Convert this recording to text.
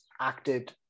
acted